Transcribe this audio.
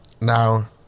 now